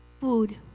food